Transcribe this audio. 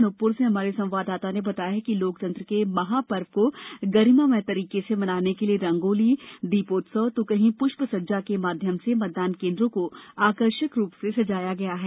अनुपपूर से हमारे संवाददाता ने बताया है कि लोकतंत्र के महापर्व को गरिमामय पूर्ण से मनाने के लिए रंगोली दीपोत्सव तो कहीं पुष्पसज्जा के माध्यम से मतदान केंद्रों को आकर्षक रूप से सजाया गया है